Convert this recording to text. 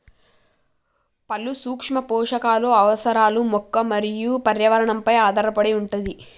పలు సూక్ష్మ పోషకాలు అవసరాలు మొక్క మరియు పర్యావరణ పై ఆధారపడి వుంటది